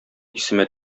исемә